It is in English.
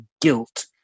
guilt